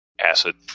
acid